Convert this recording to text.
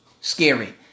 Scary